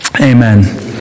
Amen